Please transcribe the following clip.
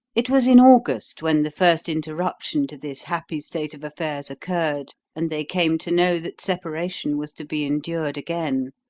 it was in august when the first interruption to this happy state of affairs occurred and they came to know that separation was to be endured again.